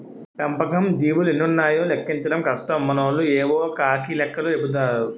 పెంపకం జీవులు ఎన్నున్నాయో లెక్కించడం కష్టం మనోళ్లు యేవో కాకి లెక్కలు చెపుతారు